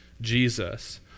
Jesus